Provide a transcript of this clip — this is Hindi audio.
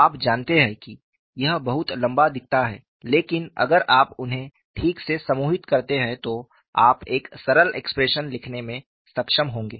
आप जानते हैं कि यह बहुत लंबा दिखता है लेकिन अगर आप उन्हें ठीक से समूहित करते हैं तो आप एक सरल एक्सप्रेशन लिखने में सक्षम होंगे